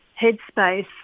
headspace